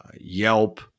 yelp